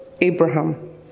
Abraham